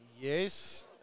Yes